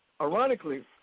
Ironically